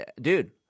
Dude